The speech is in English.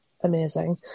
amazing